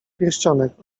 pierścionek